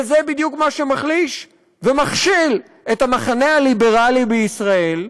וזה בדיוק מה שמחליש ומכשיל את המחנה הליברלי בישראל,